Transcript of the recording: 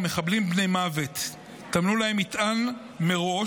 ומחבלים בני מוות טמנו להם מטען מראש